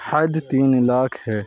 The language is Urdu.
حد تین لاکھ ہے